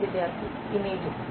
വിദ്യാർത്ഥി ഇമേജിംഗ്